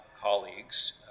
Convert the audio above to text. colleagues